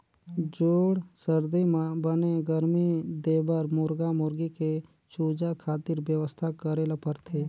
जूड़ सरदी म बने गरमी देबर मुरगा मुरगी के चूजा खातिर बेवस्था करे ल परथे